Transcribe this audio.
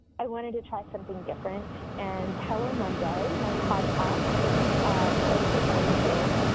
i wanted to try something different, and hello monday, my podcast, which is hosted by linkedin,